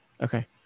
Okay